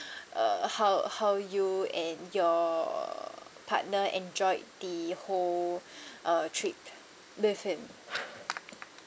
uh how how you and your partner enjoyed the whole uh trip with him